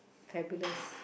fabulous